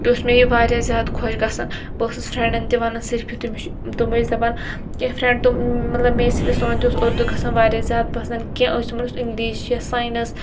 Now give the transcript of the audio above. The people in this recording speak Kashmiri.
بیٚیہِ اوس مےٚ یہِ واریاہ زِیادٕ خۄش گَژھان بہٕ ٲسٕس فرنٛڈَن تہِ وَنان صِرِف یُتُے مےٚ چھُ تم ٲسۍ دَپان کینٛہہ فَرنٛڈ تم مَطلَب مےٚ سٟتۍ ٲسۍ تِمَن تہِ اوس اردوٗ گَژھان واریاہ زِیادٕ پَسنٛد کینٛہہ ٲسۍ تِمَن اوس اِنٛگلِش یا سایِنَس